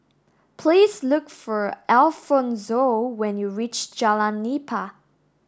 please look for Alfonzo when you reach Jalan Nipah